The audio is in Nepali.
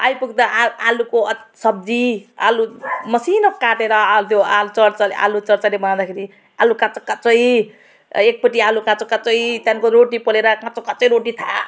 आइपुग्दा आ आलुको सब्जी आलु मसिनो काटेर त्यो चरचरे आलु चरचरी बनाउँदैखेरि आलु काँचो काँचै एकपट्टि आलु काँचो काँचै त्यहाँदेखिको रोटी पोलेर काँचो काँचै रोटी थाक